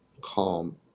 calm